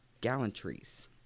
gallantries